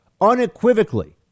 unequivocally